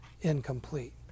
incomplete